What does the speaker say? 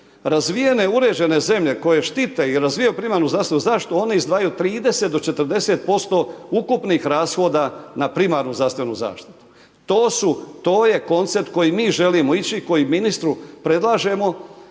Razvijene uređene zemlje koje štite i razvijaju primarnu zdravstvenu zaštitu, one izdvajaju 30 do 40% ukupnih rashoda na primarnu zdravstvenu zaštitu. To je koncept koji mi želimo ići, koji ministru predlažemo